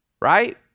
right